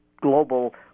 global